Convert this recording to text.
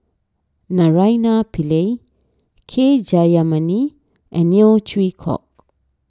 Naraina Pillai K Jayamani and Neo Chwee Kok